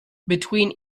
between